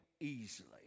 easily